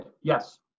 yes